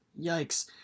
Yikes